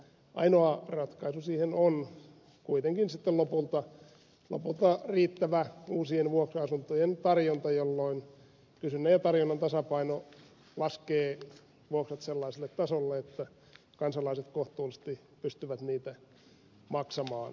ainoa ratkaisu siihen on kuitenkin sitten lopulta riittävä uusien vuokra asuntojen tarjonta jolloin kysynnän ja tarjonnan tasapaino laskee vuokrat sellaiselle tasolle että kansalaiset kohtuullisesti pystyvät niitä maksamaan